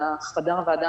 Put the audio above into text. קדמה לה הצעה אחרת,